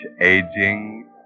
aging